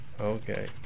Okay